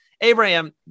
Abraham